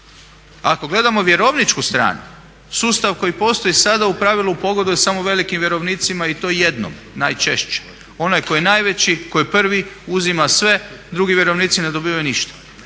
Ako gledamo vjerovničku stranu, sustav koji postoji sada u pravilu pogoduje samo velikim vjerovnicima i to jednom najčešće. Onaj koji je najveći, koji je prvi uzima sve, drugi vjerovnici ne dobivaju ništa.